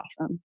awesome